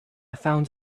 found